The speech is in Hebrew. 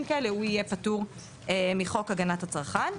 כאלה הוא יהיה פטור מחוק הגנת הצרכן.